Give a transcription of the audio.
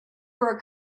were